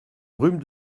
rhume